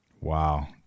Wow